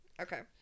Okay